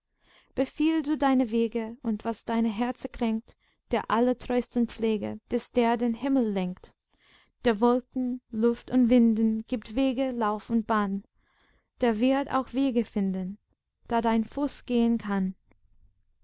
befiehl du deine wege und was dein herze kränkt der allertreusten pflege des der den himmel lenkt der wolken luft und winden gibt wege lauf und bahn der wird auch wege finden da dein fuß gehen kann